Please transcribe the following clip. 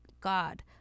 God